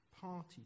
party